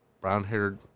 brown-haired